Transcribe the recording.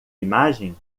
imagem